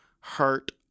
hurt